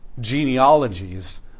genealogies